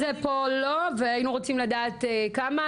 פה לא והיינו רוצים לדעת כמה,